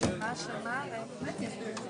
בשעה